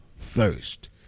thirst